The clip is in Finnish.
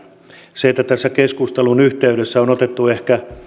se että tässä keskustelun yhteydessä on otettu ehkä